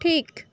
ঠিক